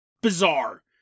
Bizarre